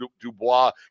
Dubois